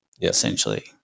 Essentially